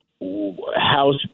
House